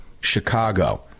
Chicago